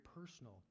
personal